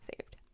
saved